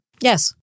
Yes